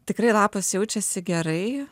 tikrai lapas jaučiasi gerai